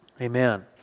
Amen